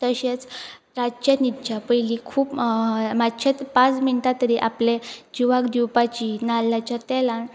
तशेंच रातचे निदच्या पयलीं खूब मातशेंत पांच मिनटां तरी आपलें जिवाक दिवपाची नाल्लाच्या तेलान